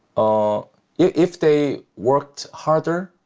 ah if they worked harder,